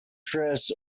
dress